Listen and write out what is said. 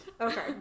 Okay